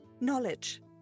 Knowledge